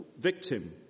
victim